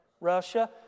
Russia